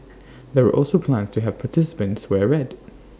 there were also plans to have participants wear red